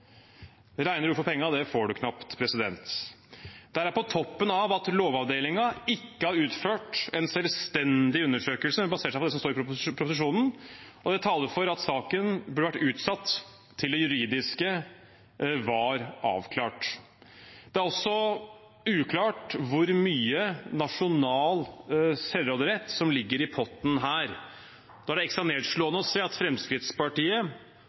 for pengene får man knapt. Dette er på toppen av at Lovavdelingen ikke har utført en selvstendig undersøkelse, men basert seg på det som står i proposisjonen, og det taler for at saken burde vært utsatt til det juridiske var avklart. Det er også uklart hvor mye nasjonal selvråderett som ligger i potten her. Da er det ekstra nedslående å se at Fremskrittspartiet,